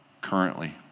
currently